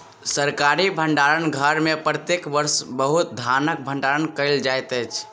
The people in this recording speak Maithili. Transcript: सरकारी भण्डार घर में प्रत्येक वर्ष बहुत धानक भण्डारण कयल जाइत अछि